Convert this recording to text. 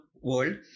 world